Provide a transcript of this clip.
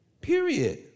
period